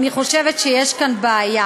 אני חושבת שיש כאן בעיה.